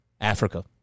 Africa